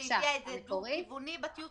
והיא הביאה את זה דו-כיווני בטיוטה?